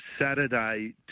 Saturday